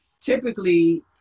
typically